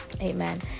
Amen